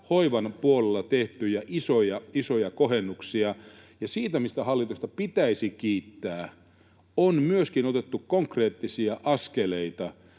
hoivan puolella tehtyjä isoja, isoja kohennuksia. Ja hallitusta pitäisi kiittää myös siitä, että on myöskin otettu konkreettisia askeleita